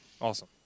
Awesome